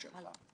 אני מציע,